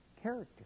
character